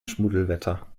schmuddelwetter